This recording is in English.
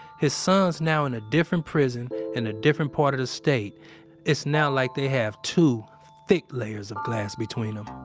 his son's now in a different prison in a different part of the state it's now like they have two thick layers of glass between them.